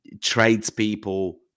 tradespeople